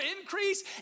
increase